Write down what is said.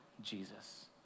Jesus